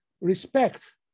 respect